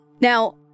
now